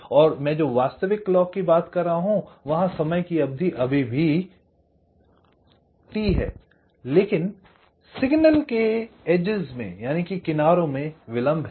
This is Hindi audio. और मैं जो वास्तविक क्लॉक की बात कर रहा हूँ वहां समय की अवधि अभी भी टी hai लेकिन सिग्नल के किनारों में विलम्ब है